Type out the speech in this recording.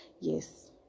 yes